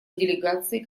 делегации